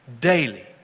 daily